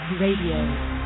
Radio